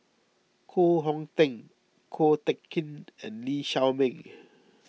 Koh Hong Teng Ko Teck Kin and Lee Shao Meng